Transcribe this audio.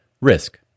risk